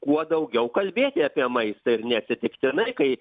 kuo daugiau kalbėti apie maistą ir neatsitiktinai kai